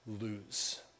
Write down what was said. lose